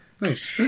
Nice